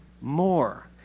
more